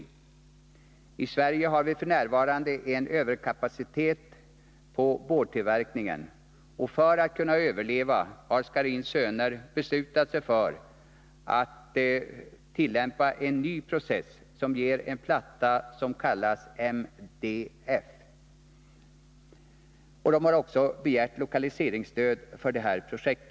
I Sverige har vi f. n. en överkapacitet när det gäller boardtillverkningen, och för att kunna överleva har Scharins Söner AB beslutat sig för en ny process som ger en platta som kallas MDF. Man har också begärt lokaliseringsstöd för projektet.